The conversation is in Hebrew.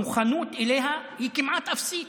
המוכנות אליה היא כמעט אפסית,